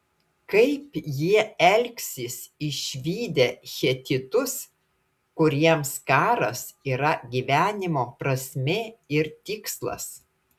kaip jie elgsis išvydę hetitus kuriems karas yra gyvenimo prasmė ir tikslas